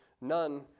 none